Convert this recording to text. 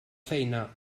feina